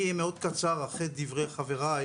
אני אהיה מאוד קצר אחרי דבריי חבריי